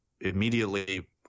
immediately